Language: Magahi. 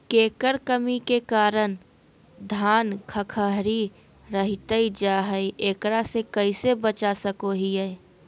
केकर कमी के कारण धान खखड़ी रहतई जा है, एकरा से कैसे बचा सको हियय?